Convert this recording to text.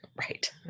right